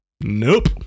Nope